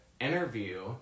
interview